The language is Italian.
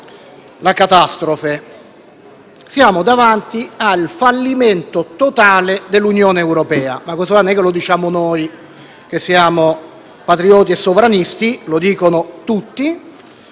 la catastrofe. Siamo davanti al fallimento totale dell'Unione europea. Non lo diciamo noi, che siamo patrioti e sovranisti, ma tutti,